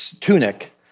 tunic